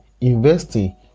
investing